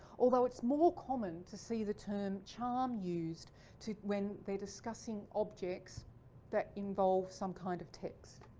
although it's more common to see the term charm used to when they're discussing objects that involve some kind of text.